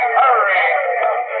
hurry